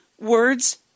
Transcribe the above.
Words